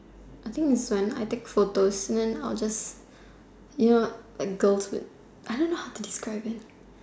I think is when I take photos then I'll just you know like girls would I don't know how to describe it